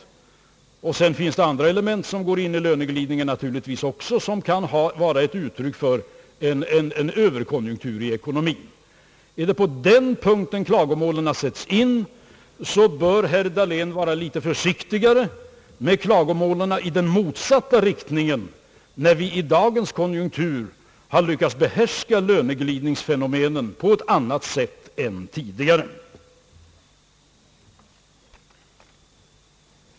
Det finns naturligtvis också vissa andra element i löneglidningen som kan vara uttryck för en överkonjunktur i ekonomin. är det på den punkten klagomålet sätts in, så bör herr Dablén vara litet försiktigare med klagomålen i den motsatta riktningen, då vi i dagens konjunktur lyckats behärska löneglidningsfenomenen på ett annat sätt än tidigare.